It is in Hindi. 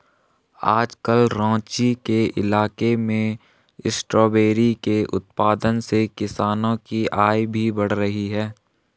आजकल राँची के इलाके में स्ट्रॉबेरी के उत्पादन से किसानों की आय भी बढ़ रही है